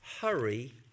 hurry